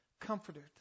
comforted